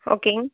ஓகேங்க